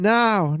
now